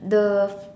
the